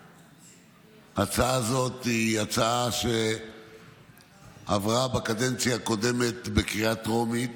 ההצעה הזאת היא הצעה שעברה בקדנציה הקודמת בקריאה טרומית